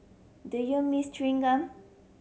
do you miss chewing gum